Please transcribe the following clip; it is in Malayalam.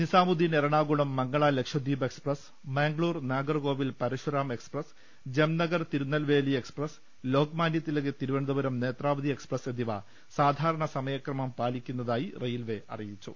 നിസാമുദ്ദീൻ എറണാകുളം മംഗള ലക്ഷദ്വീപ് എക്സ്പ്രസ് മംഗളൂർ നാഗർകോവിൽ പരശുറാം എക്സ്പ്രസ് ജംനഗർ തി രുനെൽവേലി എക്സ്പ്രസ് ലോക്മാന്യതിലക് തിരുവനന്തപുരം നേത്രാവതി എക്സ്പ്രസ് എന്നിവ സാധാരണ സമയക്രമം പാലി ക്കുന്നതായി റെയിൽവെ അറിയിച്ചു